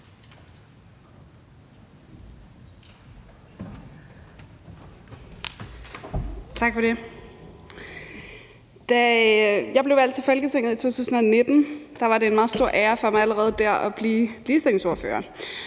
Tak for det. Da jeg blev valgt til Folketinget i 2019, var det en meget stor ære for mig allerede der at blive ligestillingsordfører.